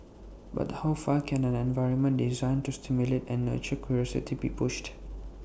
but how far can an environment designed to stimulate and nurture curiosity be pushed